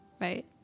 right